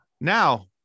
now